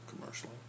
commercially